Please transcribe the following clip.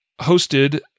hosted